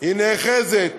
היא נאחזת